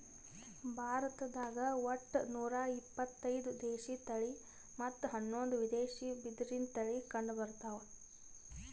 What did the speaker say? ಭಾರತ್ದಾಗ್ ಒಟ್ಟ ನೂರಾ ಇಪತ್ತೈದು ದೇಶಿ ತಳಿ ಮತ್ತ್ ಹನ್ನೊಂದು ವಿದೇಶಿ ಬಿದಿರಿನ್ ತಳಿ ಕಂಡಬರ್ತವ್